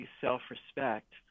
self-respect